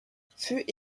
fut